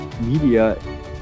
media